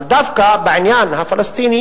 אבל דווקא בעניין הפלסטיני